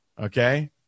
Okay